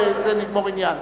בזה נגמור עניין.